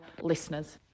listeners